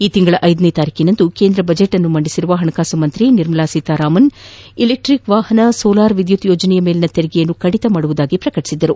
ಇದೇ ತಿಂಗಳ ಈರಂದು ಕೇಂದ್ರ ಬಜೆಟ್ಅನ್ನು ಮಂಡಿಸಿರುವ ಹಣಕಾಸು ಸಚಿವೆ ನಿರ್ಮಲಾ ಸೀತಾರಾಮನ್ ಅವರು ಎಲೆಕ್ಟಿಕ್ ವಾಹನ ಸೋಲಾರ್ ವಿದ್ಯುತ್ ಯೋಜನೆಯ ಮೇಲಿನ ತೆರಿಗೆಯನ್ನು ಕಡಿತ ಮಾಡುವುದಾಗಿ ಪ್ರಕಟಿಸಿದ್ದರು